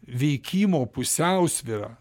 veikimo pusiausvyrą